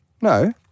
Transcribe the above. No